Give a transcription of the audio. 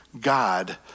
God